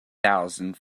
thousand